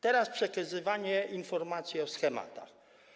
Teraz przekazywanie informacji o schematach.